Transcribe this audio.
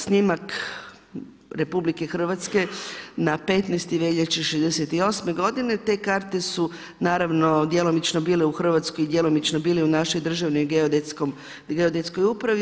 Snimak RH na 15. veljače '68. g. te karte su naravno djelomično bile u Hrvatskoj, djelomično bili u našoj državnoj geodetskoj upravi.